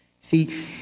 See